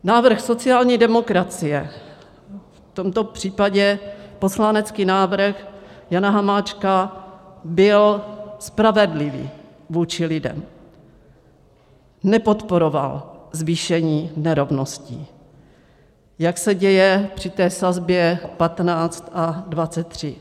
Návrh sociální demokracie, v tomto případě poslanecký návrh Jana Hamáčka, byl spravedlivý vůči lidem, nepodporoval zvýšení nerovností, jak se děje při té sazbě 15 a 23.